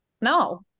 no